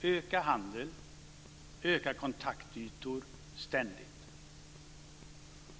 Det gäller att ständigt öka handel och öka kontaktytor